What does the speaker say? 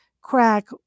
crack